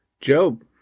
Job